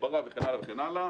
הסברה וכן הלאה.